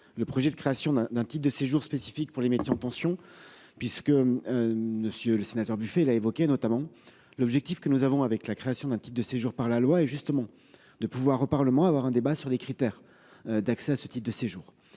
Le projet de création d'un d'un type de séjour spécifique pour les métiers en tension puisque. Nous, Monsieur le Sénateur buffet elle a évoqué notamment l'objectif que nous avons avec la création d'un type de séjour par la loi et justement de pouvoir au parlement à avoir un débat sur les critères. D'accès à ce type de séjour.